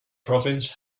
province